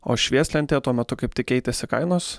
o švieslentėje tuo metu kaip tik keitėsi kainos